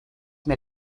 mir